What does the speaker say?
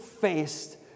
faced